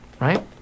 right